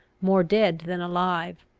more dead than alive.